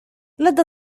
لدى